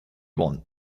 want